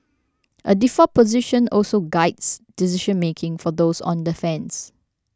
a default position also guides decision making for those on defence